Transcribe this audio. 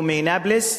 הוא מנבלוס.